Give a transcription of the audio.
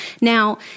Now